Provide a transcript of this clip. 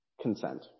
consent